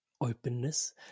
openness